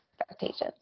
expectations